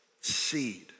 seed